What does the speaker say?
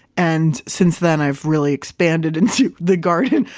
and since then, i've really expanded into the garden,